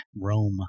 Rome